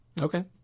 okay